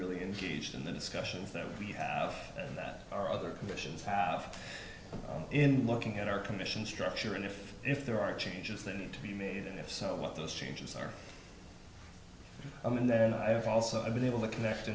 really and gauged in the discussions that we have and that our other commissions half in looking at our commission structure and if if there are changes that need to be made and if so what those changes are i'm in there and i have also i've been able to connect